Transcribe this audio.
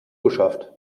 geschafft